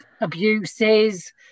abuses